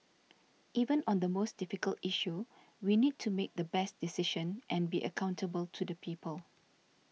even on the most difficult issue we need to make the best decision and be accountable to the people